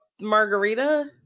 margarita